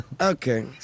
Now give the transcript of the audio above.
okay